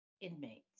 inmates